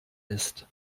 ist